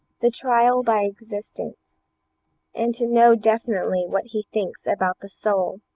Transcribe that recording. the trial by existence and to know definitely what he thinks about the soul